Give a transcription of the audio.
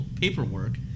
paperwork